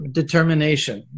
determination